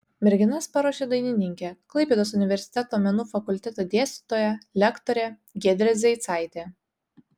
merginas paruošė dainininkė klaipėdos universiteto menų fakulteto dėstytoja lektorė giedrė zeicaitė